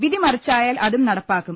വിധി മറിച്ചായാൽ അതും നടപ്പാ ക്കും